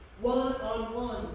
one-on-one